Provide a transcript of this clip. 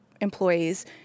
employees